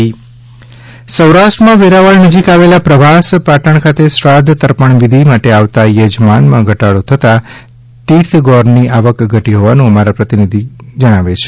કોરોનાને લીધે શ્રાધ્ધ યજમાન ઘટ્યા સૌરાષ્ટ્રમાં વેરાવળ નજીક આવેલા પ્રભાસ પાટણ ખાતે શ્રાધ્ધ તર્પણ વિઘિ માટે આવતા યજમાનમાં ઘટાડી થતાં તીર્થ ગોરની આવક ઘટી હોવાનું અમારા પ્રતિનિધિ જણાવે છે